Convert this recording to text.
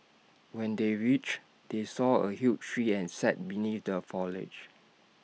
when they reached they saw A huge tree and sat beneath the foliage